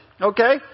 okay